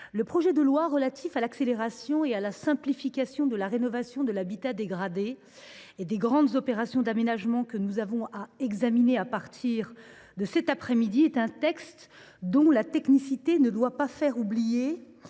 le projet de loi relatif à l’accélération et à la simplification de la rénovation de l’habitat dégradé et des grandes opérations d’aménagement, que nous examinons à partir d’aujourd’hui, est un texte certes technique, mais qui ne doit pas faire oublier